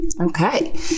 Okay